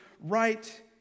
right